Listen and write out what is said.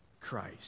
Christ